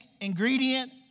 ingredient